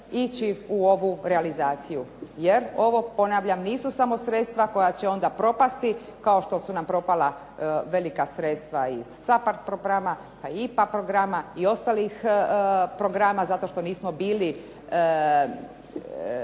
ići u ovu realizaciju jer ovo, ponavljam, nisu samo sredstva koja će onda propasti kao što su nam propala velika sredstva iz SAPARD programa, pa IPA programa i ostalih programa zato što nismo bili